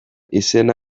izena